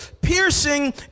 piercing